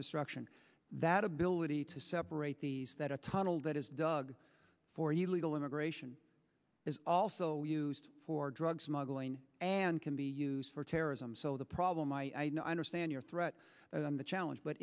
destruction that ability to separate these that a tunnel that is dug for you legal immigration is also used for drug smuggling and can be used for terrorism so the problem i understand your threat the challenge but